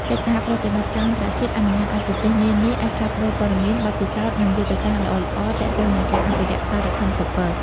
កិច្ចសហប្រតិបត្តិការអន្តរជាតិអនុញ្ញាតឲ្យប្រទេសនានាអាច ផ្លាស់ប្តូរព័ត៌មាន បទពិសោធន៍ និងយុទ្ធសាស្ត្រល្អៗ ទាក់ទងនឹងការអភិរក្សខ្លារខិនពពក។